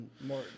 more